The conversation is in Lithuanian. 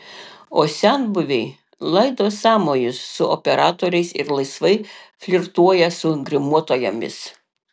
o senbuviai laido sąmojus su operatoriais ir laisvai flirtuoja su grimuotojomis